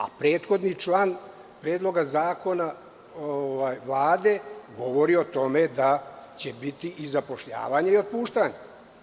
A prethodni član Predloga zakona Vlade govori o tome da će biti i zapošljavanja i otpuštanja.